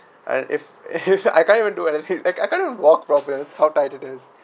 and if I can't even do anything I I can't even walk properly that's how tight it is